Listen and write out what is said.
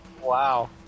Wow